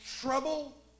trouble